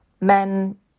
men